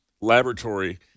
laboratory